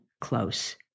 close